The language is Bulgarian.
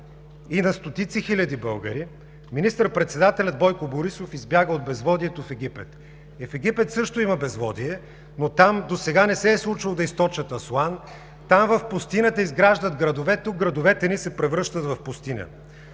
и на стотици хиляди българи, министър-председателят Бойко Борисов избяга от безводието в Египет! В Египет също има безводие, но там досега не се е случвало да източат „Асуан“. Там, в пустинята, изграждат градове – тук градовете ни се превръщат в пустиня.